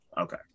Okay